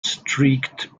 streaked